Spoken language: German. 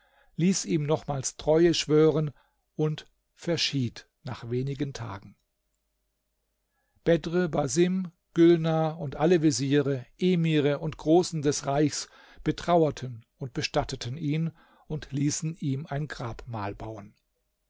ließ ihm nochmals treue schwören und verschied nach wenigen tagen bedr basim gülnar und alle veziere emire und großen des reichs betrauerten und bestatteten ihn und ließen ihm ein grabmal bauen